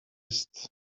است